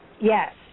Yes